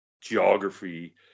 geography